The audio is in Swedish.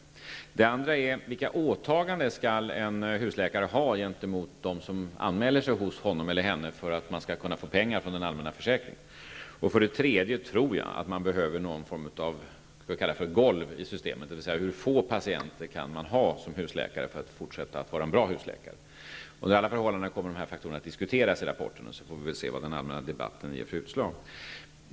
För det andra gäller det vilka åtaganden en husläkare skall ha gentemot dem som anmäler sig hos honom eller henne för att få pengar från den allmänna försäkringen. För det tredje tror jag att det behövs ett golv i systemet, dvs. hur få patienter kan en husläkare ha för att fortsätta att vara en bra husläkare. Under alla förhållanden kommer dessa faktorer att diskuteras i rapporten. Sedan får vi väl se vad den allmänna debatten ger för utslag.